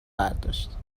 برداشت